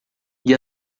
gli